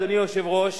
אדוני היושב-ראש,